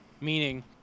meaning